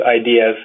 ideas